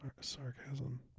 Sarcasm